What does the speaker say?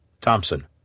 Thompson